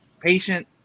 Patient